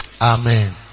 Amen